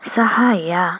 ಸಹಾಯ